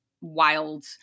wild